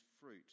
fruit